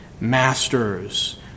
masters